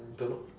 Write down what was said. don't know